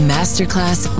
Masterclass